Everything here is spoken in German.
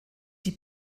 die